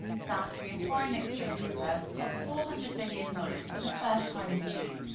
south korea's foreign exchange reserves topped four hundred billion dollars for the first time in june.